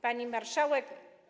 Pani Marszałek!